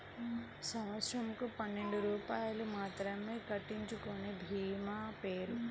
సంవత్సరంకు పన్నెండు రూపాయలు మాత్రమే కట్టించుకొనే భీమా పేరు?